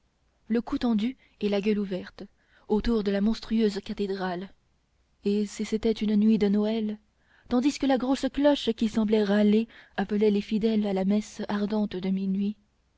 le cou tendu et la gueule ouverte autour de la monstrueuse cathédrale et si c'était une nuit de noël tandis que la grosse cloche qui semblait râler appelait les fidèles à la messe ardente